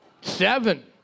Seven